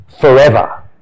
forever